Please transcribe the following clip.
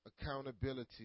Accountability